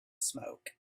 smoke